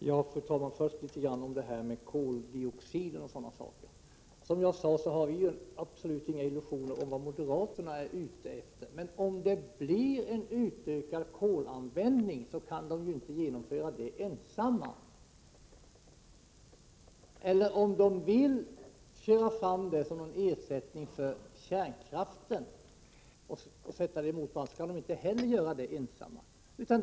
Fru talman! Först litet om detta med koldioxid. Som jag sade har vi absolut inga illusioner om vad moderaterna är ute efter, men om det blir en utökad kolanvändning kan de inte genomföra den ensamma. Om de vill köra fram den som ersättning för kärnkraften och sätta dessa två mot varandra kan de heller inte göra det ensamma.